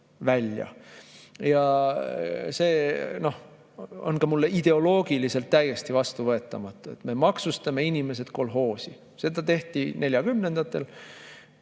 See on mulle ideoloogiliselt täiesti vastuvõetamatu, et me maksustame inimesed kolhoosi. Seda tehti neljakümnendatel.